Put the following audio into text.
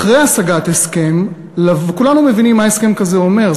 אחרי השגת הסכם כולנו מבינים מה הסכם כזה אומר.